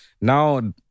now